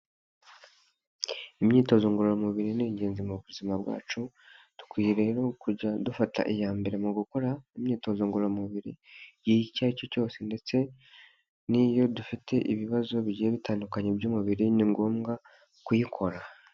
Imyitozo ngororamubiri ni ingenzi mu buzima bwacu; dukwiriye rero kujya dufata iya mbere mu gukora imyitozo ngororamubiri igihe icyo aricyo cyose ndetse n'iyo dufite ibibazo bigiye bitandukanye by'umubiri ni ngombwa kuyikora.